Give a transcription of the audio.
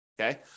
okay